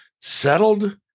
settled